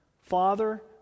Father